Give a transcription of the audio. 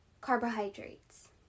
carbohydrates